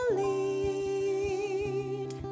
lead